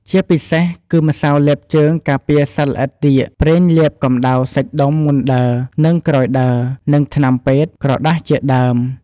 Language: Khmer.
ជាពិសេសគឺម្ស៉ៅលាបជើងការពារសត្វល្អិតទៀក ប្រេងលាបកំដៅសាច់ដុំមុនដើរ និងក្រោយដើរ និងថ្នាំពេទ្យ ក្រដាសជាដើម។